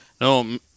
no